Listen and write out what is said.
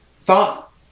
thought